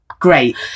Great